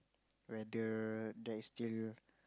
whether there is still